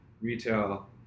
retail